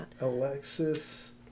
Alexis